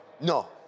No